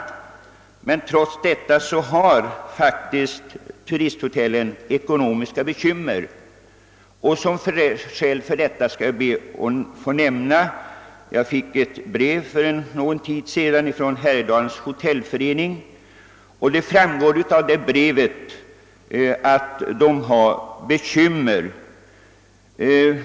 Men trots detta har turisthotellen ekonomiska bekymmer. Jag fick för någon tid sedan ett brev från Härjedalens hotellförening. Av det framgår att man har bekymmer.